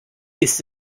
ist